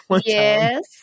yes